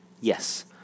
Yes